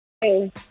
Hey